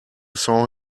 saw